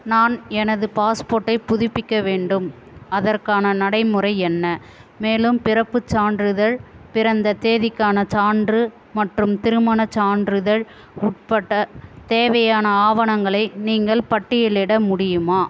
நான் எனது பாஸ்போர்ட்டை புதுப்பிக்க வேண்டும் அதற்கான நடைமுறை என்ன மேலும் பிறப்புச் சான்றிதழ் பிறந்த தேதிக்கான சான்று மற்றும் திருமணச் சான்றிதழ் உட்பட தேவையான ஆவணங்களை நீங்கள் பட்டியலிட முடியுமா